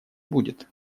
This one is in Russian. будет